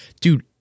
Dude